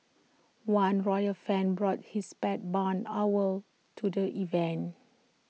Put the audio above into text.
one royal fan brought his pet barn owl to the event